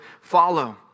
follow